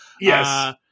Yes